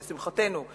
לשמחתנו,